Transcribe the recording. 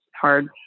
hard